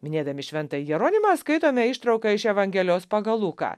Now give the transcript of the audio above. minėdami šventąjį jeronimą skaitome ištrauką iš evangelijos pagal luką